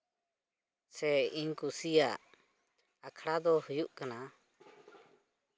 ᱥᱮ ᱤᱧ ᱠᱩᱥᱤᱭᱟᱜ ᱟᱠᱷᱲᱟ ᱫᱚ ᱦᱩᱭᱩᱜ ᱠᱟᱱᱟ